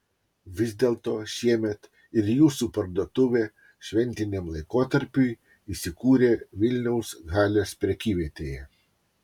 vis dėlto šiemet ir jūsų parduotuvė šventiniam laikotarpiui įsikūrė vilniaus halės prekyvietėje